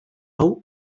hau